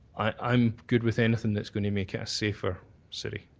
i'm good with anything that's going to make it safer city.